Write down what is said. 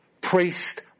priest